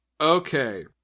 Okay